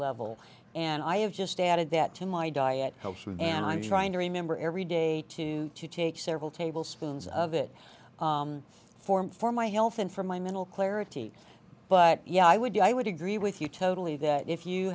level and i have just added that to my diet and i'm trying to remember every day too to take several tablespoons of it for him for my health and for my mental clarity but yeah i would do i would agree with you totally that if you